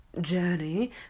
journey